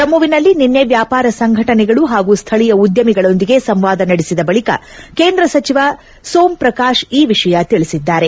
ಜಮ್ಮುವಿನಲ್ಲಿ ನಿನ್ನೆ ವ್ಯಾಪಾರ ಸಂಘಟನೆಗಳು ಹಾಗೂ ಸ್ಥಳಿಯ ಉದ್ಯಮಿಗಳೊಂದಿಗೆ ಸಂವಾದ ನಡೆಸಿದ ಬಳಿಕ ಕೇಂದ್ರ ಸಚಿವ ಸೋಮ್ಪ್ರಕಾಶ್ ಈ ವಿಷಯ ತಿಳಿಸಿದ್ದಾರೆ